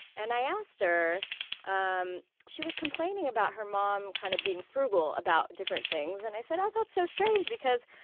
and i asked her um she was complaining about her mom kind of being frugal about different things. and i said, oh, that's so strange because,